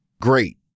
great